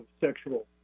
sexual